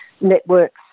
networks